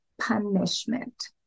punishment